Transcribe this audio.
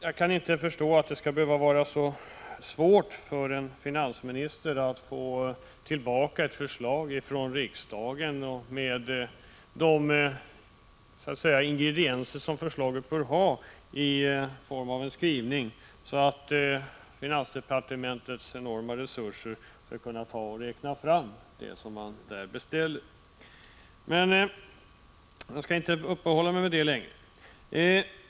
Jag kan inte förstå att det skall behöva vara så svårt för en finansminister att få tillbaka en beställning från riksdagen som har en skrivning som är så utformad att man i finansdepartementet, med dess enormt stora resurser, kan gör den beräkning som beställts. Jag skall inte uppehålla mig vid detta längre.